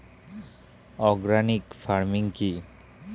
Organic farming কি?